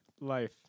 Life